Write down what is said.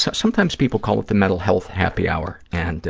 so sometimes people call it the mental health happy hour, and